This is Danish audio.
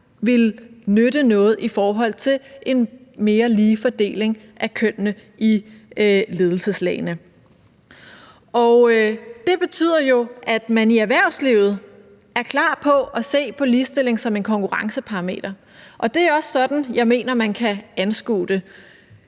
ville nytte noget i forhold til en mere lige fordeling af kønnene i ledelseslagene. Det betyder jo, at man i erhvervslivet er klar på at se på ligestilling som et konkurrenceparameter, og det er også sådan, jeg mener man kan anskue